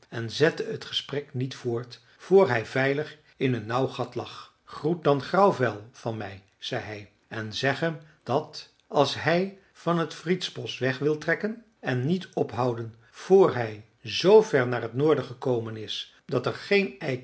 en zette het gesprek niet voort voor hij veilig in een nauw gat lag groet dan grauwvel van mij zei hij en zeg hem dat als hij van het friedsbosch weg wil trekken en niet ophouden voor hij zoo ver naar het noorden gekomen is dat er geen